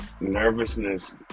nervousness